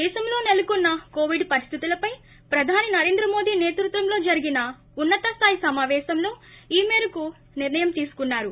దేశంలో సెలకొన్న కొవిడ్ పరిస్తితులపై ప్రధాని నరేంద్ర మోదీ నేతృత్వంలో జరిగిన ఉన్న తస్లాయి సమాపేశంలో ఈ మేరకు నిర్ణయం తీసుకున్నారు